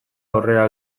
aurrera